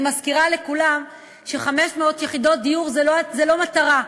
אני מזכירה לכולם ש-500 יחידות דיור זה לא מטרה,